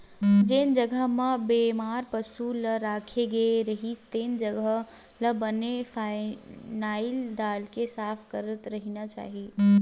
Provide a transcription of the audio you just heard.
जेन जघा म बेमार पसु ल राखे गे रहिथे तेन जघा ल बने फिनाईल डालके साफ करत रहिना चाही